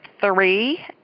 three